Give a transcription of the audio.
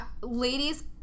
ladies